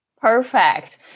Perfect